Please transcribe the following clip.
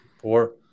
four